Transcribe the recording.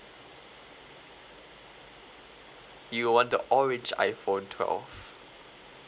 you want the orange iphone twelve